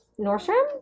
Nordstrom